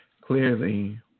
Clearly